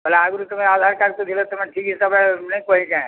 ଆଗ୍ରୁ ତମେ ଆଧାର୍ କାର୍ଡ଼ ଦେଲ ତମେ ଠିକ୍ ହିସାବେ ନେଇ କହି କାଏଁ